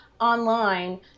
online